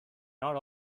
not